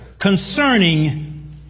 concerning